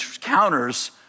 counters